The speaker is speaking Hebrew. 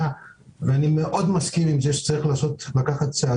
אני מאוד מסכים עם זה שצריך לעשות צעדים,